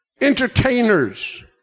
entertainers